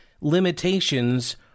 limitations